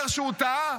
אומר שהוא טעה?